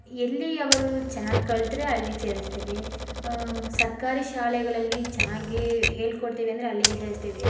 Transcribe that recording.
ಎಲ್ಲಿ ಅವರು ಚೆನ್ನಾಗಿ ಕಲ್ತರೆ ಅಲ್ಲಿಗೆ ಸೇರಿಸ್ತೀವಿ ಸರ್ಕಾರಿ ಶಾಲೆಗಳಲ್ಲಿ ಚೆನ್ನಾಗಿ ಹೇಳ್ಕೊಡ್ತೀವಿ ಅಂದರೆ ಅಲ್ಲಿಗೆ ಸೇರಿಸ್ತೀವಿ